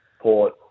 Port